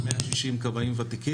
כשיש בסיס, עושים חיפוש.